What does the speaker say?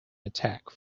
attack